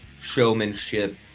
showmanship